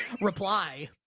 Reply